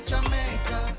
Jamaica